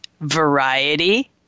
variety